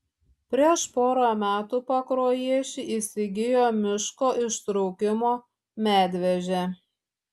prieš pora metų pakruojiečiai įsigijo miško ištraukimo medvežę